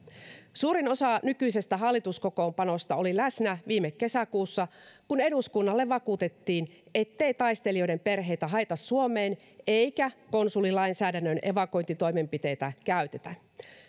suurin osa nykyisestä hallituskokoonpanosta oli läsnä viime kesäkuussa kun eduskunnalle vakuutettiin ettei taistelijoiden perheitä haeta suomeen eikä konsulilainsäädännön evakuointitoimenpiteitä käytetä